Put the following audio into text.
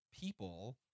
people